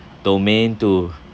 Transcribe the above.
domain two